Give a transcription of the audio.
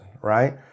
right